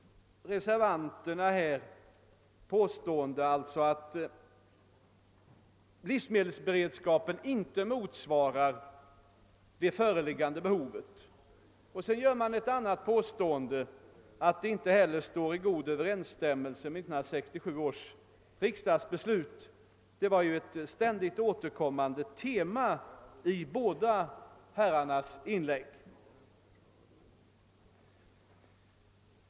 Reservanterna påstår alltså att livsmedelsberedskapen inte motsvarar behovet och säger också att den inte heller står i god överensstämmelse med 1967 års riksdagsbeslut — detta var ju ett ständigt återkommande tema i båda inläggen här.